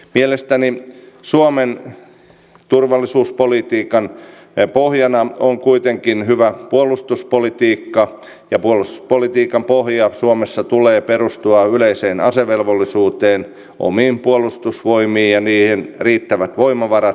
mielestäni suomen turvallisuuspolitiikan pohjana on kuitenkin hyvä puolustuspolitiikka ja puolustuspolitiikan pohjan suomessa tulee perustua yleiseen asevelvollisuuteen omiin puolustusvoimiin ja niihin on oltava riittävät voimavarat